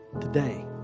Today